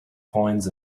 coins